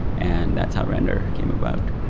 and that's how render came about